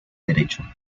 derecho